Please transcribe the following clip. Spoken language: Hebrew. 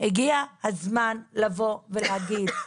הגיע הזמן להגיד,